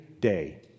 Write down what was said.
day